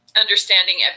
understanding